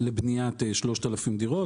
לבניית 3,000 דירות.